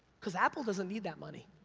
cause apple doesn't need that money.